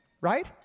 Right